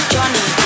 Johnny